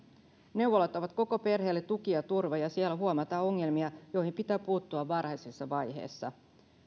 neuvolat ovat koko perheelle tuki ja turva ja siellä huomataan ongelmia joihin pitää puuttua varhaisessa vaiheessa